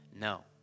no